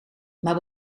maar